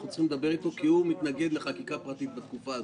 אנחנו צריכים לדבר אתו כי הוא מתנגד לחקיקה פרטית בתקופה הזאת.